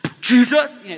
Jesus